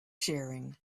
sharing